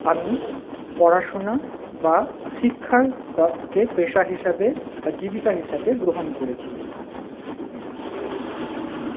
আমি পড়াশোনা বা শিক্ষার জবকে পেশা হিসাবে বা জীবিকা হিসাবে গ্রহণ করেছি